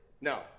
No